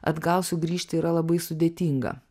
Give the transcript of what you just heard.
atgal sugrįžti yra labai sudėtinga